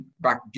back